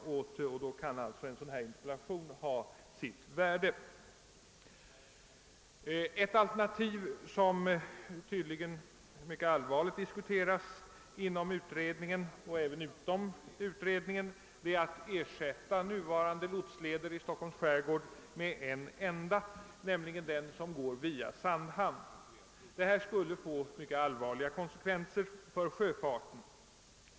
Under sådana omständigheter kan en interpellation ha sitt värde. Ett alternativ, som tydligen mycket allvarligt diskuteras både inom och utom utredningen, är att ersätta nuvarande lotsleder i Stockholms skärgård med en enda, nämligen den som går via Sandhamn. Detta skulle få mycket allvarliga konsekvenser för sjöfarten.